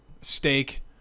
steak